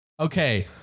Okay